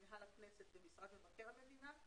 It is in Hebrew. מנהל הכנסת ומשרד מבקר המדינה,